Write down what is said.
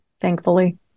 thankfully